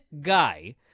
guy